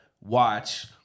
watch